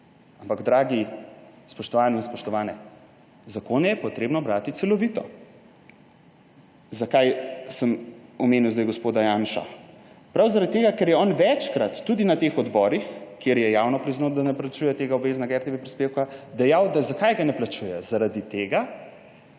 Ampak, dragi, spoštovane in spoštovani, zakone je treba brati celovito. Zakaj sem omenil zdaj gospoda Janšo? Prav zaradi tega, ker je on večkrat, tudi na teh odborih, kjer je javno priznal, da ne plačuje tega obveznega RTV prispevka, povedal, zakaj ga ne plačuje. Zaradi tega,